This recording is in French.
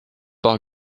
par